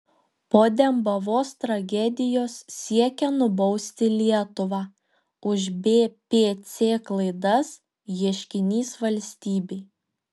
po dembavos tragedijos siekia nubausti lietuvą už bpc klaidas ieškinys valstybei